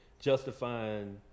justifying